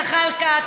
זחאלקה,